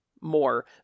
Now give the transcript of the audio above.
more